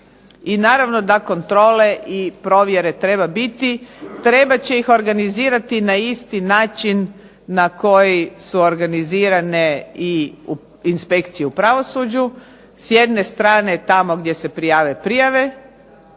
I naravno da provjere i kontrole treba biti. Trebat će ih organizirati na isti način na koji su organizirane i inspekcije u pravosuđu. S jedne strane tamo gdje se podnesu prijave,